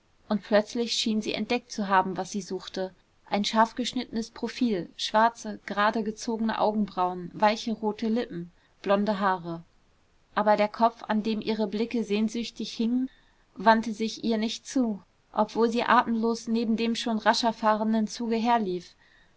und plötzlich schien sie entdeckt zu haben was sie suchte ein scharfgeschnittenes profil schwarze gerade gezogene augenbrauen weiche rote lippen blonde haare aber der kopf an dem ihre blicke sehnsüchtig hingen wandte sich ihr nicht zu obwohl sie atemlos neben dem schon rascher fahrenden zuge herlief